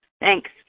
Thanks